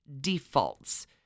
defaults